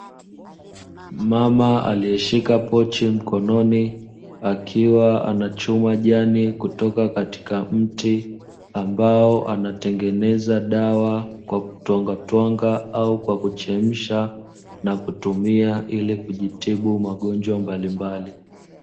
Mama aliyeshika pochi mkononi, akiwa anachuma jani kutoka katika mti ambao anatengeneza dawa kwa kutwangatwanga au kwa kuchemsha na kutumia ili kujitibu magonjwa mbalimbali.